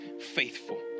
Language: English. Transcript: faithful